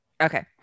Okay